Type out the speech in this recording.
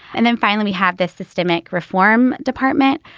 and then finally, we have this systemic reform department,